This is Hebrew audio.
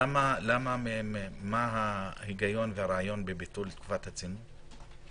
מה ההיגיון ברעיון בביטול תקופת הצינון?